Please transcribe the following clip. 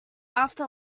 after